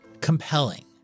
compelling